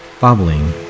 bubbling